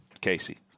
Casey